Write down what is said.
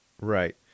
Right